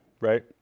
right